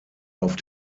auf